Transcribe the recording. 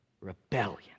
Rebellion